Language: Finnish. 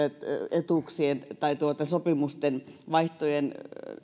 etuuksien tai sopimusten vaihtojen